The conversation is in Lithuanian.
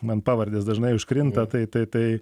man pavardės dažnai užkrinta tai tai tai